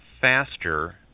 faster